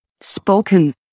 spoken